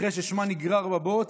אחרי ששמה נגרר בבוץ,